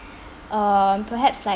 uh perhaps like